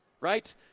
Right